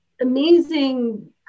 amazing